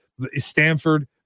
Stanford